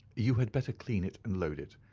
you had better clean it and load it.